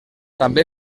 també